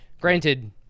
Granted